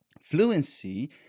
Fluency